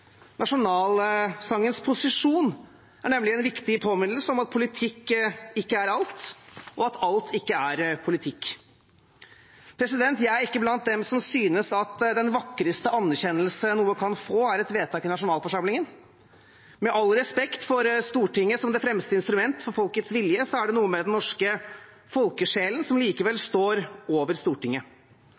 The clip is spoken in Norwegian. Nasjonalsangens posisjon er nemlig en viktig påminnelse om at politikk ikke er alt, og at alt ikke er politikk. Jeg er ikke blant dem som synes at den vakreste anerkjennelse noe kan få, er et vedtak i nasjonalforsamlingen. Med all respekt for Stortinget som det fremste instrument for folkets vilje er det noe med den norske folkesjelen som likevel står over Stortinget.